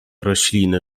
rośliny